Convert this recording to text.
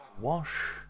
wash